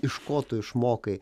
iš ko tu išmokai